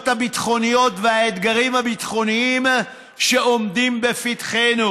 הביטחוניות והאתגרים הביטחוניים שעומדים לפתחנו.